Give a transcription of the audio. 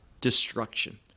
destruction